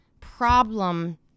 problem